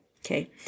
Okay